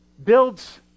Builds